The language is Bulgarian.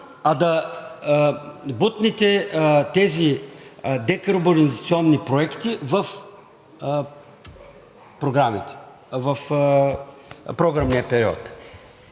а да бутнете тези декарбонизационни проекти в програмния период.